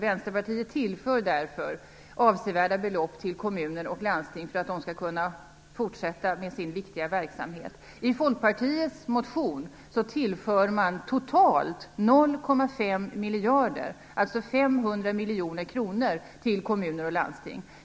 Vänsterpartiet tillför därför avsevärda belopp till kommuner och landsting för att de skall kunna fortsätta med sin viktiga verksamhet. I Folkpartiets motion tillför man totalt 0,5 miljarder kronor, alltså 500 miljoner kronor, till kommuner och landsting.